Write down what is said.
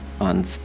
on